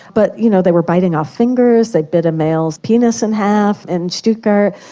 but, you know, they were biting off fingers, they bit a male's penis in half in stuttgart.